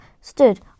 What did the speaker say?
stood